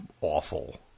awful